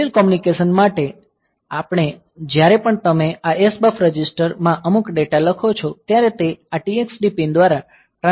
serial communication માટે જ્યારે પણ તમે આ SBUF રજિસ્ટર માં અમુક ડેટા લખો છો ત્યારે તે આ TXD પિન દ્વારા ટ્રાન્સમિટ કરવામાં આવશે